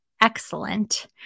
excellent